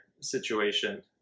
situation